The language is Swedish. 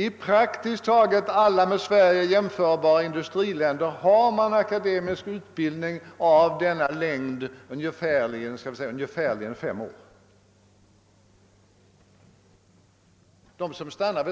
I praktiskt taget alla med Sverige jämförbara industriländer har man ordnad akademisk utbildning av denna längd, skall vi säga ungefärligen fem år. Man förstår inte där att